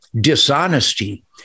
dishonesty